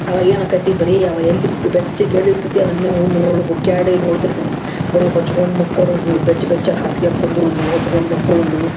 ಅವಾಗ ಏನು ಆಗ್ತೈತಿ ಬರೀ ಅವು ಎಲ್ಲಿ ಬೆಚ್ಚಗೆ ಎಲ್ಲಿ ಇರ್ತತಿ ಅದನ್ನು ನೋಡಿ ಹುಡ್ಕ್ಯಾಡಿ ನೋಡ್ತಿರ್ತೀವಿ ನಾವು ಬರಿ ಹೊಚ್ಕೊಂಡು ಮಲ್ಕೋಳೋದು ಬೆಚ್ಚ ಬೆಚ್ಚಾಗಿ ಹಾಸ್ಗ್ಯಾಗ ಕುಂದ್ರುದು ಹೊಚ್ಕೊಂಡು ಮಲ್ಕೋಳೂದು